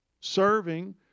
serving